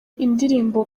indirimbo